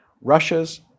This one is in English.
Russia's